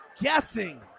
guessing